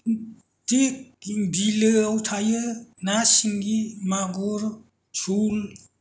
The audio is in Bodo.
थिक बिलोआव थायो ना सिंगि मागुर सल